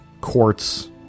quartz